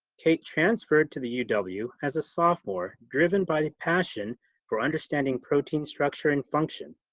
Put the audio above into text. kate transferred to the uw and the uw as a sophomore, driven by the passion for understanding protein structure and function,